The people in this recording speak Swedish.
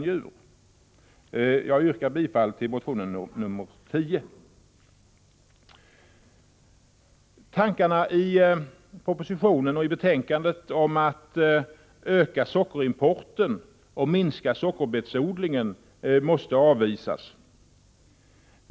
Jag yrkar bifall till reservation nr 10. Tankarna i propositionen och i betänkandet om ökning av sockerimporten och minskning av sockerbetsodlingen måste avvisas.